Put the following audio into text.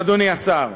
אדוני השר.